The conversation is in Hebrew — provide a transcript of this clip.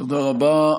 תודה רבה.